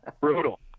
Brutal